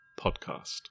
Podcast